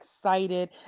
excited